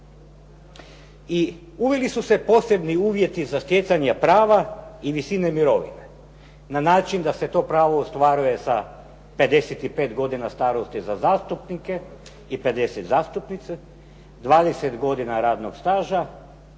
I uveli su se posebni uvjeti za stjecanje prava i visine mirovine, na način da se to pravo ostvaruje sa 55 godina starosti za zastupnike i 50 za zastupnice, 20 godina radnog staža,